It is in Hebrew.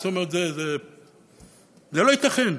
זה לא ייתכן,